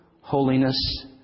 holiness